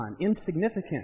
Insignificant